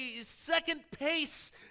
second-pace